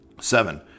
Seven